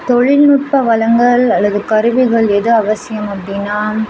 தொழில்நுட்ப வளங்கள் அல்லது கருவிகள் எது அவசியம் அப்படின்னா